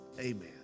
amen